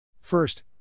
First